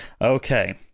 Okay